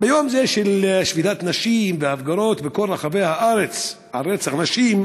ביום זה של שביתת נשים והפגנות בכל רחבי הארץ על רצח נשים,